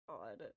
God